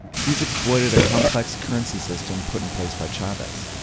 he's exploited a complex currency system, put in place by chavez.